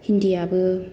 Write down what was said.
हिन्दिआबो